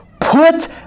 put